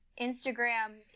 Instagram